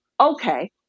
okay